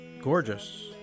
Gorgeous